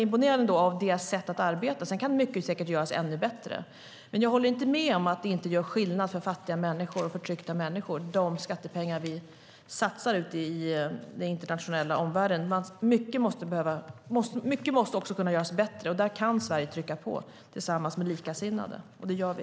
Mycket kan säkert göras ännu bättre, men jag håller inte med om att de skattepengar vi satsar ute i omvärlden inte gör skillnad för fattiga och förtryckta människor. Mycket måste också kunna göras bättre. Där kan Sverige trycka på tillsammans med likasinnade, och det gör vi.